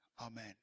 Amen